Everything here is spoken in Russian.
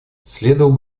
следовало